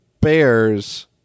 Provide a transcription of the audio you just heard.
Bears